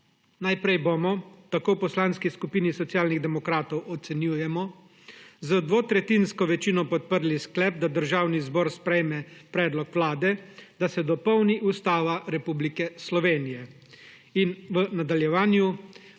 Najprej bomo, tako v Poslanski skupini Socialnih demokratov ocenjujemo, z dvotretjinsko večino podprli sklep, da Državni zbor sprejme predlog Vlade, da se dopolni Ustava Republike Slovenije, in v nadaljevanju